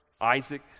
Isaac